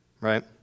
right